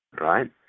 right